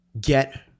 Get